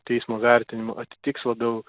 teismo vertinimu atitiks labiau